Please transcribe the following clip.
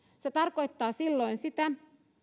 se tarkoittaa silloin sitä